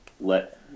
Let